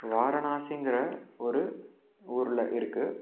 வாரணாசிங்கிற ஒரு ஊரில் இருக்குது